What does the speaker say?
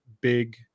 big